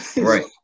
right